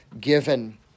given